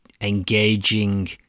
engaging